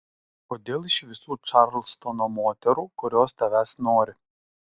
kodėl iš visų čarlstono moterų kurios tavęs nori